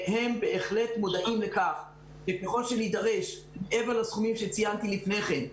הם בהחלט מודעים לכך שככל שנידרש מעבר לסכומים שציינתי לפני כן,